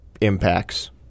impacts